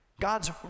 God's